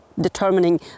determining